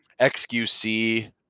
XQC